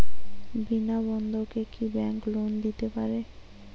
বিনা বন্ধকে কি bank loan দিতে পারে?